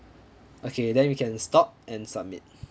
okay then we can stop and submit